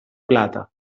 plata